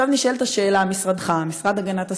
עכשיו נשאלת השאלה למשרדך, משרד הגנת הסביבה: